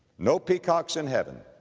no peacocks in heaven.